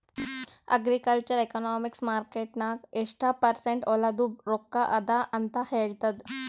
agricultural economics market ನಾಗ್ ಎಷ್ಟ percent ಹೊಲಾದು ರೊಕ್ಕಾ ಅದ ಅಂತ ಹೇಳ್ತದ್